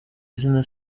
izina